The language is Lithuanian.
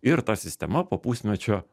ir ta sistema po pusmečio